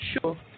sure